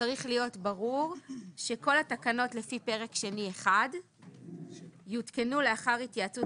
צריך להיות ברור שכל התקנות לפי פרק שני1 יותקנו לאחר התייעצות